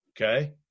okay